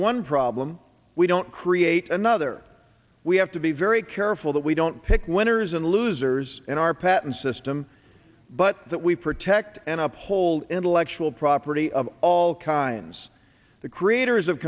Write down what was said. one problem we don't create another we have to be very careful that we don't pick winners and losers in our patent system but that we protect and uphold intellectual property of all kinds the creators of